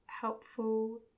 helpful